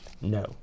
No